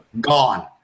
Gone